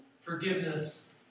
forgiveness